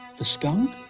the skunk